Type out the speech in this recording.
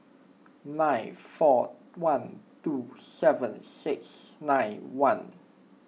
nine four one two seven six nine one